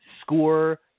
score